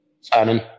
Simon